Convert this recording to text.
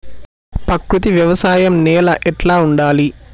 ప్రకృతి వ్యవసాయం నేల ఎట్లా ఉండాలి?